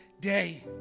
day